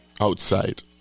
outside